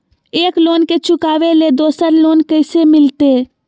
एक लोन के चुकाबे ले दोसर लोन कैसे मिलते?